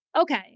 okay